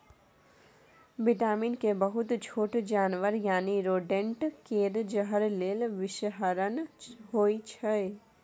vitamin के बहुत छोट जानबर यानी रोडेंट केर जहर लेल बिषहरण होइ छै